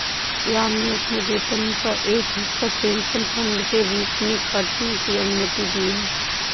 श्याम ने अपने वेतन का एक हिस्सा पेंशन फंड के रूप में काटने की अनुमति दी है